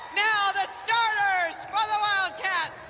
now the starters for the wildcats.